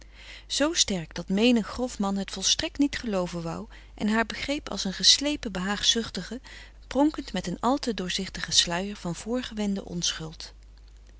zoo sterk dat menig grof man het volstrekt niet gelooven wou en haar begreep als een geslepen behaagzuchtige pronkend met een al te doorzichtigen sluier van voorgewende onschuld